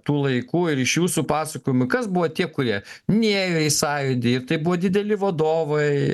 tų laikų ir iš jūsų pasakojimų kas buvo tie kurie nėjo į sąjūdį tai buvo dideli vadovai